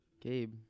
Gabe